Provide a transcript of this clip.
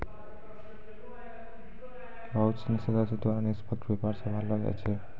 बहुत सिनी सदस्य द्वारा निष्पक्ष व्यापार सम्भाललो जाय छै